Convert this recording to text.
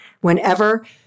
whenever